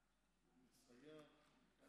המשרד שלך מסייע?